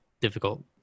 difficult